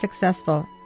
successful